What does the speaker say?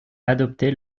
adopter